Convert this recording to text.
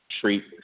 treat